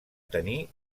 tenir